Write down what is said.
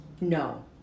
No